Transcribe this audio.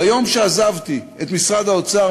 ביום שעזבתי את משרד האוצר,